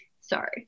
Sorry